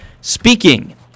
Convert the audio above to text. speaking